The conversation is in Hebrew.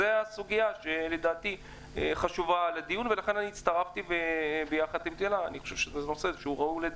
זאת הסוגיה שחשובה לדיון ולכן אני הצטרפתי לתהלה כי זה נושא ראוי לדיון.